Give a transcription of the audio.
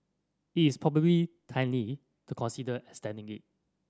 it is probably timely to consider extending it